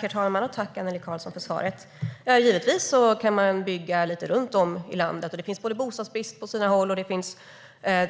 Herr talman! Tack för svaret, Annelie Karlsson! Givetvis kan man bygga lite runt om i landet. Det finns bostadsbrist på sina håll, och det finns